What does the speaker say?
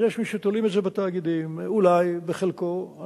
אז מי שתולים את זה בתאגידים, אולי, בחלקו.